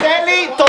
תן לי.